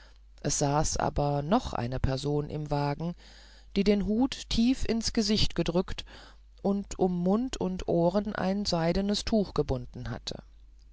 es saß aber noch eine person im wagen die den hut tief ins gesicht gedrückt und um mund und ohren ein seidenes tuch gebunden hatte